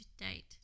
date